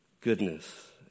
goodness